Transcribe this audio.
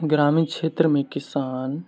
ग्रामीण क्षेत्रमे किसान